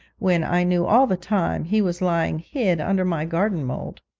when i knew all the time he was lying hid under my garden mould.